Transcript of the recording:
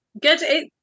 Good